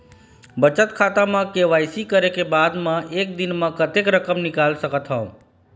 बचत खाता म के.वाई.सी करे के बाद म एक दिन म कतेक रकम निकाल सकत हव?